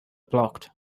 blocked